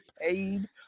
Paid